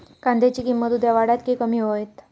कांद्याची किंमत उद्या वाढात की कमी होईत?